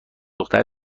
دختر